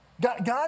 God